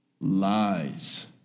Lies